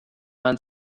man